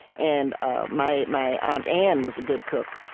and ah my my aunt ann was a good cook.